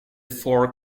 four